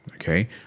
Okay